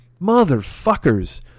Motherfuckers